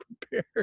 prepared